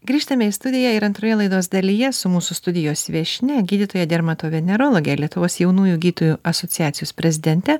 grįžtame į studiją ir antroje laidos dalyje su mūsų studijos viešnia gydytoja dermatovenerologe lietuvos jaunųjų gytojų asociacijos prezidente